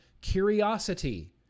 Curiosity